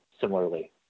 Similarly